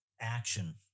action